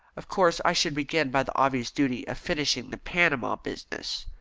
of course, i should begin by the obvious duty of finishing the panama business.